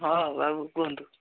ହଁ ବାବୁ କୁହନ୍ତୁ